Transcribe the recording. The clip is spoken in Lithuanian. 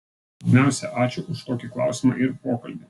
pirmiausia ačiū už tokį klausimą ir pokalbį